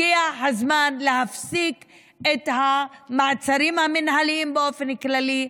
הגיע הזמן להפסיק את המעצרים המינהליים באופן כללי,